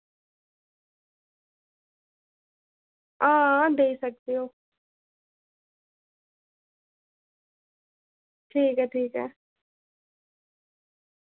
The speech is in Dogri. हां देई सकगे ओह् ठीक ऐ ठीक ऐ